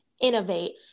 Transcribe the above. innovate